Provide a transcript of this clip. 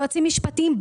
יועצים משפטיים,